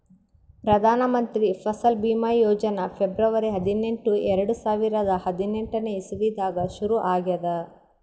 Pradhan Mantri Fasal Bima Yojana February ಹದಿನೆಂಟು, ಎರಡು ಸಾವಿರದಾ ಹದಿನೆಂಟನೇ ಇಸವಿದಾಗ್ ಶುರು ಆಗ್ಯಾದ್